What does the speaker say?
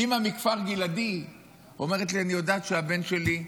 אימא מכפר גלעדי אומרת לי: אני יודעת שהבן שלי,